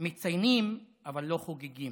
מציינים, אבל לא חוגגים,